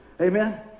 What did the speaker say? Amen